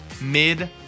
mid